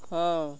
ହଁ